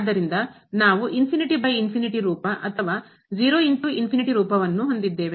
ಆದ್ದರಿಂದ ನಾವು ಅಥವಾ ರೂಪವನ್ನು ಹೊಂದಿದ್ದೇವೆ